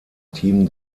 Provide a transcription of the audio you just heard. team